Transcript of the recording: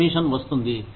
pay commission వస్తుంది